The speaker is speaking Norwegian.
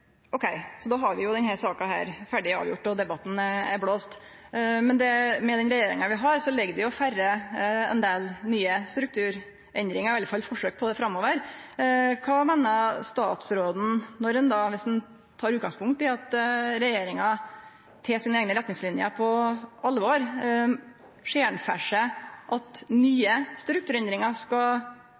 Ok – då er denne saka avgjord, og debatten er avblåst. Med den regjeringa vi har, ligg det føre ein del nye strukturendringar – i alle fall forsøk på det – framover. Viss ein tek utgangspunkt i at regjeringa tek sine eigne retningsliner på alvor, ser statsråden for seg at nye strukturendringar skal